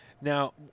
Now